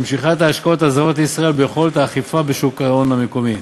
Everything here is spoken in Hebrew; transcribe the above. במשיכת השקעות זרות לישראל וביכולת האכיפה בשוק ההון המקומי.